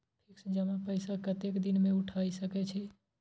Fix जमा पैसा कतेक दिन में उठाई सके छी?